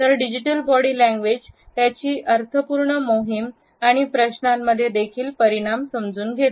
तर digital body language त्याचीअर्थपूर्ण मोहिम आणि प्रश्नांमध्ये देखील परिणाम समजून घेते